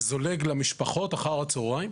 זה זולג למשפחות אחר הצהריים?